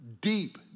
deep